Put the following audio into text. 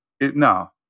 no